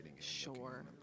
Sure